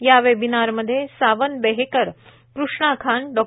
या वेबिनार मध्ये सावन बेहेकर कृष्णा खान डॉ